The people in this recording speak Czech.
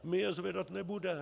My je zvedat nebudem!